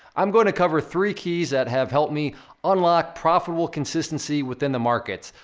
i'm gonna cover three keys that have helped me unlock profitable consistency within the markets.